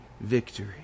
victory